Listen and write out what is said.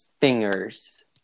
Fingers